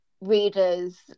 readers